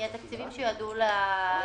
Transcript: מתקציבים שיועדו לקורונה.